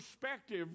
perspective